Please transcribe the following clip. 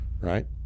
right